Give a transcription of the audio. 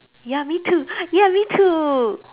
ya me too ya me too